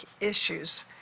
issues